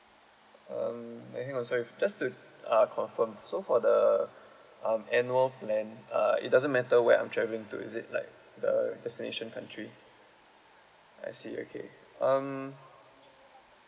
um may be also if just to uh confirm so for the um annual plan uh it doesn't matter where I'm travelling to is it like the destination country I see okay um